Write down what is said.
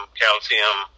calcium